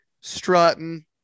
strutting